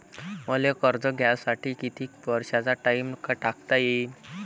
मले कर्ज घ्यासाठी कितीक वर्षाचा टाइम टाकता येईन?